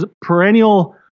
perennial